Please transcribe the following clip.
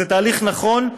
זה תהליך נכון,